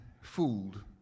fooled